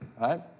right